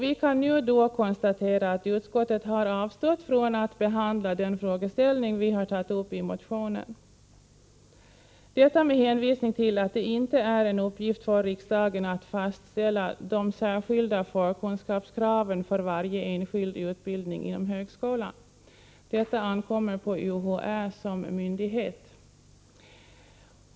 Vi kan nu konstatera att utskottet har avstått från att behandla den frågeställning vi har tagit upp i motionen, med hänvisning till att det inte är en uppgift för riksdagen att fastställa de särskilda förkunskapskraven för varje enskild utbildning inom högskolan. Detta ankommer på UHÄ som myndighet.